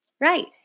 Right